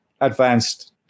advanced